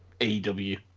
AEW